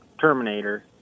Terminator